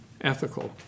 ethical